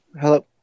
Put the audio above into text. Hello